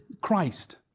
Christ